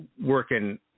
working